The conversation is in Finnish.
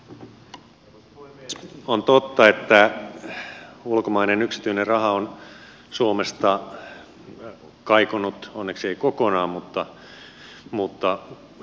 on totta että ulkomainen yksityinen raha on suomesta kaikonnut onneksi ei kokonaan mutta suurelta osin